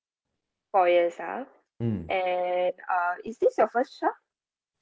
four years ah and uh is this your first child